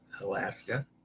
Alaska